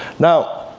now,